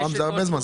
האזרחים,